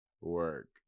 Work